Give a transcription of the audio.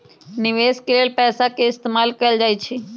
निवेश के लेल पैसा के इस्तमाल कएल जाई छई